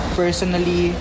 personally